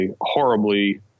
horribly